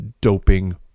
doping